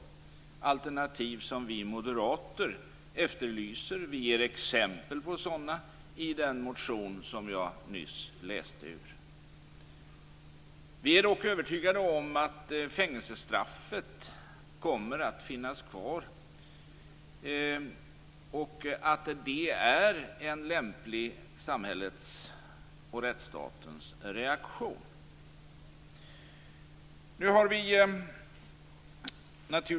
Vi moderater efterlyser sådana alternativ och ger exempel på dem i den motion som jag nyss läste ur. Vi är dock övertygade om att fängelsestraffet kommer att finnas kvar, och att det är en lämplig samhällets och rättsstatens reaktion.